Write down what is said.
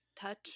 touch